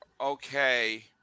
Okay